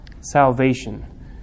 Salvation